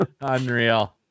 Unreal